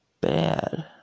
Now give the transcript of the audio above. bad